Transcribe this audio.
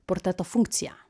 portreto funkcija